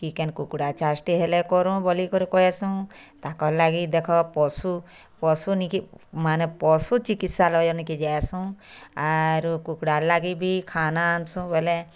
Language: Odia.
କି କେନ୍ କୁକୁଡ଼ା ଚାଷ୍ଟି ହେଲେ କରୁ ବୋଲିକିରି କହେସୁଁ ତାକର୍ ଲାଗି ଦେଖ ପଶୁ ପଶୁ ନିକି ମାନେ ପଶୁ ଚିକିତ୍ସା ଯାଏସୁଁ ଆରୁ କୁକୁଡ଼ା ଲାଗି ବି ଖାନା ଆନସୁଁ ବୋଲେ